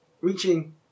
reaching